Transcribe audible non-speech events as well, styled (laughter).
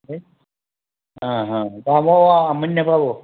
(unintelligible)